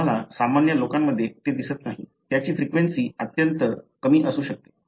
तुम्हाला सामान्य लोकांमध्ये ते दिसत नाही त्याची फ्रिक्वेंसी अत्यंत कमी असू शकते